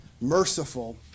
merciful